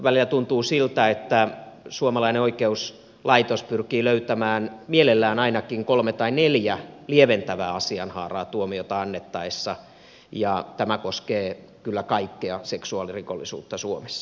välillä tuntuu siltä että suomalainen oikeuslaitos pyrkii löytämään mielellään ainakin kolme tai neljä lieventävää asianhaaraa tuomiota annettaessa ja tämä koskee kyllä kaikkea seksuaalirikollisuutta suomessa